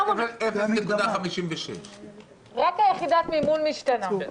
כלומר 0.56. רק יחידת המימון משתנה,